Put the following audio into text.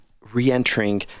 re-entering